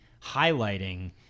highlighting